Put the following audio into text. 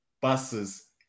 buses